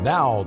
Now